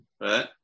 right